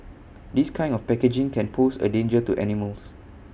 this kind of packaging can pose A danger to animals